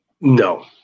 No